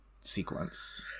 sequence